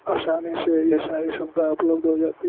آسانی سے یہ ساری سویدھا اپلبدھ ہو جاتی